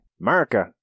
America